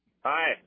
Hi